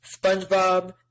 Spongebob